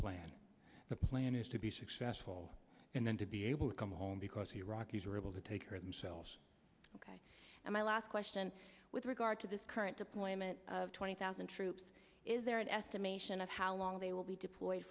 plan the plan is to be successful and then to be able to come home because the rockies are able to take her themselves ok and my last question with regard to this current deployment of twenty thousand troops is there an estimation of how long they will be deployed